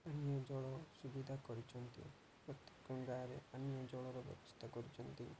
ପାନୀୟ ଜଳ ସୁବିଧା କରିଛନ୍ତି ପ୍ରତ୍ୟେକ ଗାଁରେ ପାନୀୟ ଜଳର ବ୍ୟବସ୍ଥା କରିଛନ୍ତି